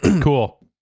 cool